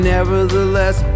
Nevertheless